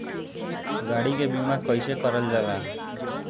गाड़ी के बीमा कईसे करल जाला?